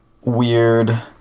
weird